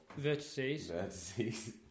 Vertices